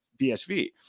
BSV